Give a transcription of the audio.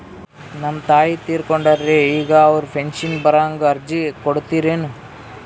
ನಮ್ ತಾಯಿ ತೀರಕೊಂಡಾರ್ರಿ ಈಗ ಅವ್ರ ಪೆಂಶನ್ ಬರಹಂಗ ಅರ್ಜಿ ಕೊಡತೀರೆನು?